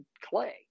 clay